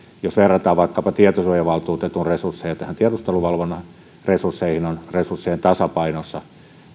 jos verrataan vaikkapa tietosuojavaltuutetun resursseja näihin tiedusteluvalvonnan resursseihin on resurssien tasapainossa